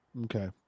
Okay